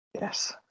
yes